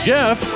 Jeff